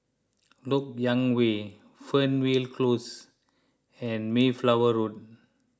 Lok Yang Way Fernvale Close and Mayflower Road